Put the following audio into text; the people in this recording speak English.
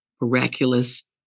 miraculous